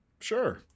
Sure